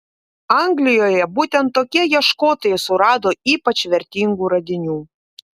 anglijoje būtent tokie ieškotojai surado ypač vertingų radinių